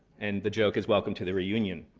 and the joke is welcome to the reunion.